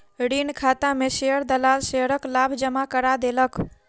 ऋण खाता में शेयर दलाल शेयरक लाभ जमा करा देलक